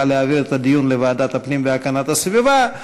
להעביר את הדיון לוועדת הפנים והגנת הסביבה.